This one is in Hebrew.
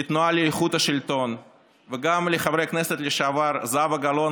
לתנועה לאיכות השלטון וגם לחברי הכנסת לשעבר זהבה גלאון